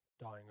dying